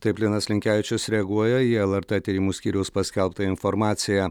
taip linas linkevičius reaguoja į lrt tyrimų skyriaus paskelbtą informaciją